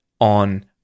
on